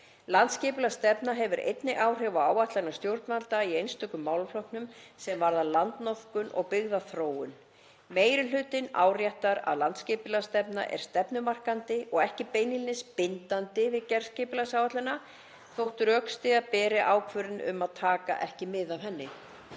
Landsskipulagsstefna hefur einnig áhrif á áætlanir stjórnvalda í einstökum málaflokkum sem varða landnotkun og byggðaþróun. Meiri hlutinn áréttar að landsskipulagsstefna er stefnumarkandi og ekki beinlínis bindandi við gerð skipulagsáætlana, þótt rökstyðja beri ákvörðun um að taka ekki mið af henni.